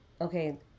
okay